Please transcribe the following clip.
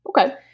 Okay